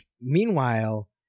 meanwhile